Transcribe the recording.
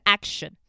Action